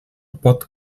pot